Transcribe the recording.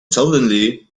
suddenly